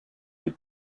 des